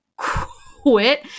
quit